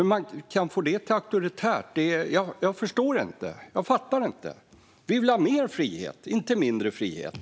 Hur man kan få det till auktoritärt förstår jag inte. Vi vill ha mer frihet, inte mindre frihet.